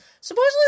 supposedly